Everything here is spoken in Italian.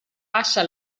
passa